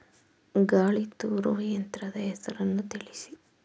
ಗಾಳಿ ತೂರುವ ಯಂತ್ರದ ಹೆಸರನ್ನು ತಿಳಿಸಿ?